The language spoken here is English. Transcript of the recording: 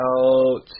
out